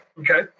Okay